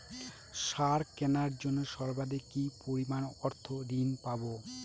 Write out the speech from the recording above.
সার কেনার জন্য সর্বাধিক কি পরিমাণ অর্থ ঋণ পাব?